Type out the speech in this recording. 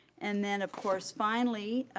and then, of course, finally,